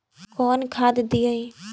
कौन खाद दियई?